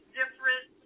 different